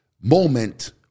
moment